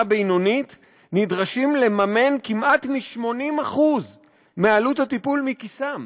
בינונית נדרשים לממן כמעט 80% מעלות הטיפול מכיסם.